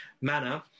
manner